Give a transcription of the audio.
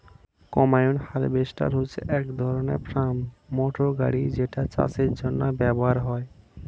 combine harvester হচ্ছে এক ধরণের ফার্ম মোটর গাড়ি যেটা চাষের জন্য ব্যবহার হয়